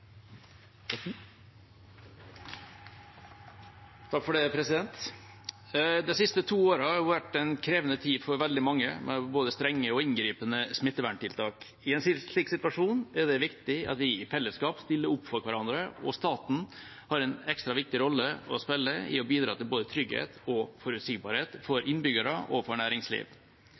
vært en krevende tid for veldig mange, med både strenge og inngripende smitteverntiltak. I en slik situasjon er det viktig at vi i fellesskap stiller opp for hverandre, og staten har en ekstra viktig rolle å spille i å bidra til både trygghet og forutsigbarhet for innbyggerne og for